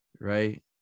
right